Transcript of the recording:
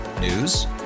News